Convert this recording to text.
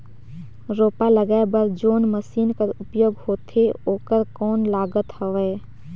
रोपा लगाय बर जोन मशीन कर उपयोग होथे ओकर कौन लागत हवय?